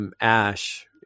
Ash